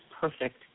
perfect